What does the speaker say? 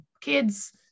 kids